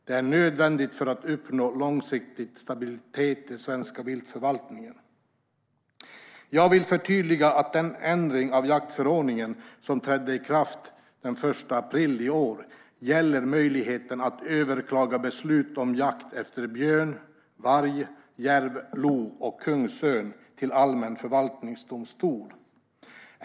Det är nödvändigt för att uppnå långsiktig stabilitet i svensk viltförvaltning. Jag vill förtydliga att den ändring av jaktförordningen som trädde i kraft den 1 april i år gäller möjligheten att överklaga beslut om jakt efter björn, varg, järv, lo och kungsörn till allmän förvaltningsdomstol.